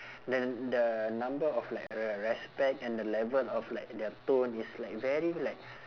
then the number of like re~ respect and the level of like their tone is like very like